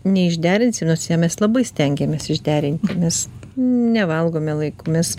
neišderinsim nors ją mes labai stengiamės išderinti nes nevalgome laiku mes